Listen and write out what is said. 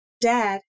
dad